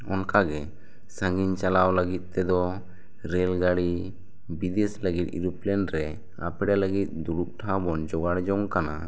ᱚᱱᱠᱟ ᱜᱮ ᱥᱟ ᱜᱤᱧ ᱪᱟᱞᱟᱣ ᱞᱟᱹᱜᱤᱫ ᱛᱮᱫᱚ ᱨᱮᱞ ᱜᱟᱹᱲᱤ ᱵᱤᱫᱮᱥ ᱞᱟᱹᱜᱤᱫ ᱮᱨᱩᱯᱮᱞᱮᱱ ᱨᱮ ᱟᱯᱲᱮ ᱞᱟᱹᱜᱤᱫ ᱫᱩᱲᱩᱵ ᱴᱷᱟᱣ ᱵᱚᱱ ᱡᱚᱜᱟᱲ ᱡᱚᱝᱠᱟᱱᱟ